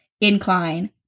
incline